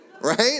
right